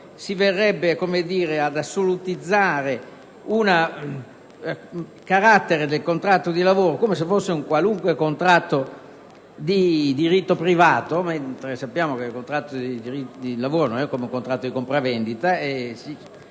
si verrebbe ad assolutizzare un carattere del contratto di lavoro come se fosse un qualunque contratto di diritto privato. Sappiamo benissimo, invece, che un contratto di lavoro non è come un contratto di compravendita